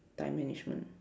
time management